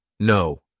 No